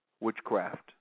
witchcraft